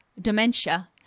dementia